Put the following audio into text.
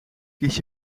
kies